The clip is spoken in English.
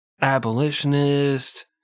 abolitionist